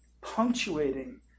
punctuating